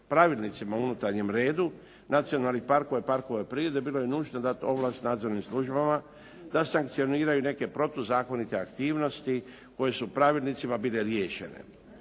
Pravilnicima o unutarnjem redu nacionalnih parkova i parkova prirode bilo je nužno dati ovlast nadzornim službama da sankcioniraju neke protuzakonite aktivnosti koje su pravilnicima bile riješene.